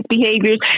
behaviors